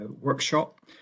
workshop